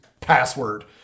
password